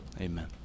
Amen